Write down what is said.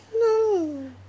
No